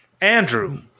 Andrew